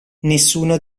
nessuno